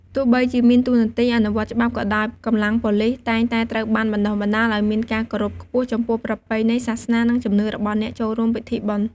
ទោះបីជាមានតួនាទីអនុវត្តច្បាប់ក៏ដោយ កម្លាំងប៉ូលិសតែងតែត្រូវបានបណ្តុះបណ្តាលឱ្យមានការគោរពខ្ពស់ចំពោះប្រពៃណី សាសនា និងជំនឿរបស់អ្នកចូលរួមពិធីបុណ្យ។